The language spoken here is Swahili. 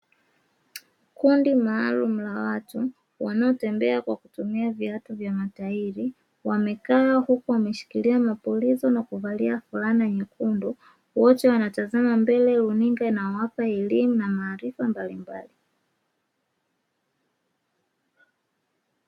Kundi maalumu la watu wanaotembea kwa kutumia viatu vya matairi, wamekaa huku wameshiilia mapulizo na kuvalia fulana za rangi nyekundu. Wote wanamtazama mbele runinga inayowapa elimu na maarifa mbalimbali.